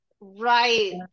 Right